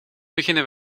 beginnen